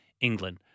England